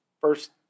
First